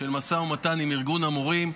של המשא ומתן עם ארגון המורים,